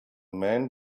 man